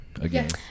again